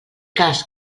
cas